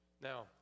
Now